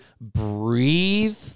breathe